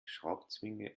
schraubzwinge